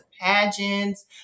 pageants